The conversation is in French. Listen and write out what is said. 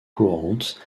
courantes